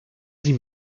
sie